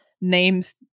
names